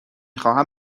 خواهم